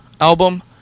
album